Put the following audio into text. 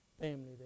family